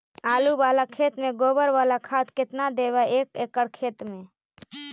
आलु बाला खेत मे गोबर बाला खाद केतना देबै एक एकड़ खेत में?